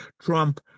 Trump